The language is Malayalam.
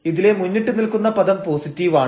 ഇതിലെ മുന്നിട്ടു നിൽക്കുന്ന പദം പോസിറ്റീവാണ്